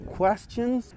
questions